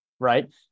right